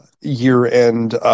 year-end